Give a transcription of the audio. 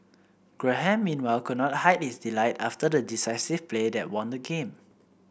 Graham meanwhile could not his delight after the decisive play that won the game